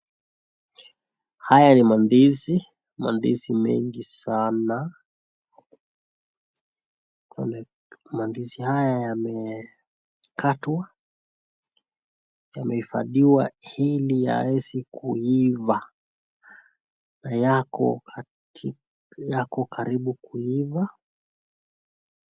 Haya ni mandizi, mandizi mengi sana, na mandizi haya yamekatwa, yamehifadhiwa ili yaweze kuiva, na yako karibu kuiva.